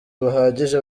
buhagije